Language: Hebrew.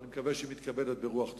ואני מקווה שהיא מתקבלת ברוח טובה.